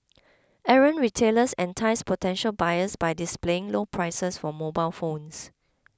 errant retailers entice potential buyers by displaying low prices for mobile phones